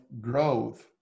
growth